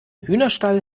hühnerstall